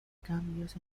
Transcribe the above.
cambios